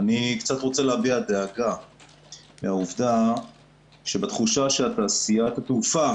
אני קצת רוצה להביע דאגה מהעובדה שתעשיית התעופה,